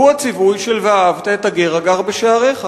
והוא הציווי של ואהבת את הגר הגר בשעריך.